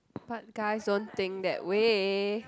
but guys don't think that way